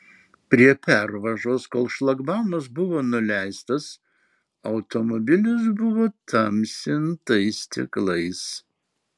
prie pervažos kol šlagbaumas buvo nuleistas automobilis buvo tamsintais stiklais